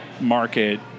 market